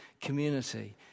community